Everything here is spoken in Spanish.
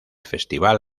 festival